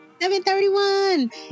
731